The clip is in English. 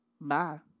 Bye